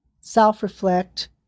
self-reflect